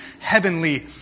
heavenly